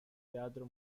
teatro